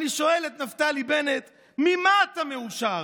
אני שואל את נפתלי בנט: ממה אתה מאושר?